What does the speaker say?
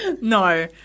No